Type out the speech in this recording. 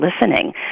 listening